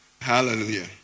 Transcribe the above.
hallelujah